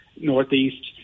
northeast